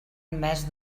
més